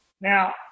Now